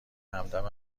همدم